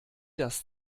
das